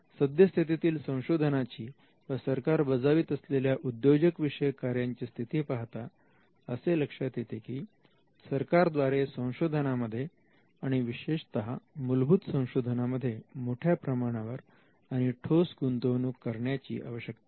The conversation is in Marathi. सद्यस्थितीतील संशोधनाची व सरकार बजावीत असलेल्या उद्योजक विषयक कार्यांची स्थिती पाहता असे लक्षात येते की सरकारद्वारे संशोधनामध्ये आणि विशेषत मूलभूत संशोधनामध्ये मोठ्या प्रमाणावर आणि ठोस गुंतवणूक करण्याची आवश्यकता आहे